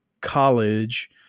college